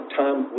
time